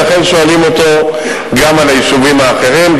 ולכן שואלים אותו גם על היישובים האחרים.